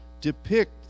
depict